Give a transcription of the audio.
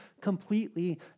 completely